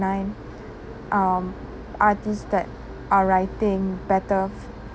nine um artists that are writing better